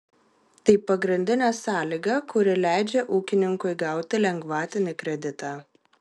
tai pagrindinė sąlyga kuri leidžia ūkininkui gauti lengvatinį kreditą